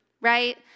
right